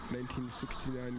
1969